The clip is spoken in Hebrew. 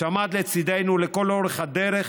שעמד לצידנו לכל אורך הדרך,